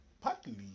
partly